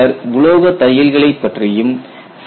பின்னர் உலோகத் தையல்களை பற்றியும் பார்த்தோம்